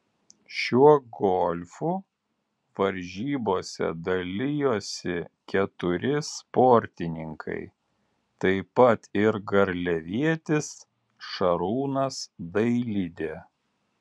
šiuo golfu varžybose dalijosi keturi sportininkai taip pat ir garliavietis šarūnas dailidė